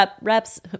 reps